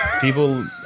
People